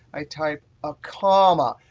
i type a comma,